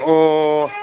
ꯑꯣ